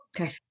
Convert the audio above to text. Okay